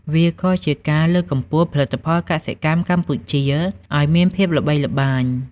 វាក៏ជាការលើកកម្ពស់ផលិតផលកសិកម្មកម្ពុជាឱ្យមានភាពល្បីល្បាញ។